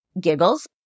giggles